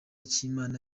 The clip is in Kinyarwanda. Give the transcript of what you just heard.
cy’imana